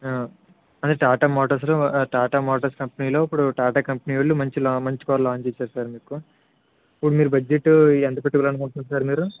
ఆ అది టాటా మోటార్స్లో ఆ టాటా మోటార్స్ కంపెనీలో ఇప్పుడు టాటా కంపెనీలు మంచి కార్ మంచి కార్ని లాంచ్ చేశారు సార్ మీకు ఇపుడు మీరు బడ్జెట్ ఎంత పెట్టుకోవాలి అనుకుంటున్నారు సార్ మీరు